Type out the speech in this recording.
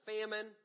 famine